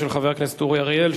של חבר הכנסת אורי אריאל,